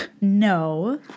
No